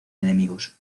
enemigos